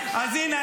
--- אז הינה,